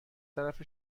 طرف